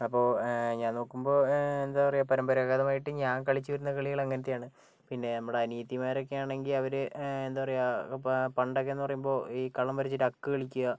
അപ്പോൾ ഞാൻ നോക്കുമ്പോൾ എന്താ പറയുക പരമ്പരാഗതമായിട്ട് ഞാൻ കളിച്ചു വരുന്ന കളികൾ അങ്ങനത്തെ ആണ് പിന്നെ നമ്മുടെ അനിയത്തിമാരൊക്കെ ആണെങ്കിൽ അവർ എന്താ പറയുക പണ്ടൊക്കെ എന്ന് പറയുമ്പോൾ ഈ കളം വരഞ്ഞിട്ട് അക്ക് കളിക്കുക